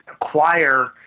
acquire